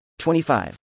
25